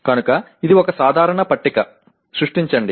కనుక ఇది ఒక సాధారణ పట్టిక సృష్టించండి